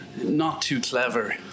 not-too-clever